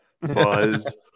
buzz